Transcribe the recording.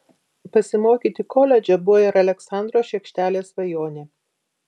pasimokyti koledže buvo ir aleksandro šiekštelės svajonė